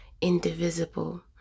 indivisible